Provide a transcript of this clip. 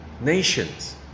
Nations